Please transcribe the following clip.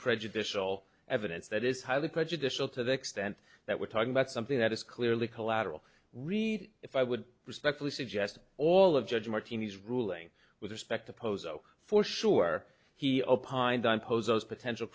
prejudicial evidence that is highly prejudicial to the extent that we're talking about something that is clearly collateral read if i would respectfully suggest all of judge martini's ruling with respect to pozo for sure he opined on poses potential